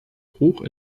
hoch